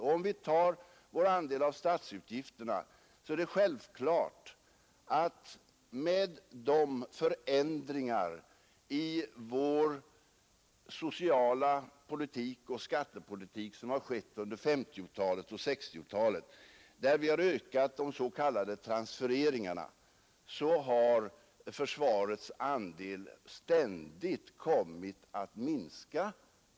Med de förändringar som skett i vår socialpolitik och skattepolitik under 1950-talet och 1960-talet och som har inneburit en ökning av de s.k. tranfereringarna är det självklart att försvarskostnadernas andel av statsutgifterna kommit att minska.